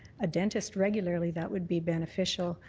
a dentist regularly, that would be beneficial.